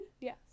Yes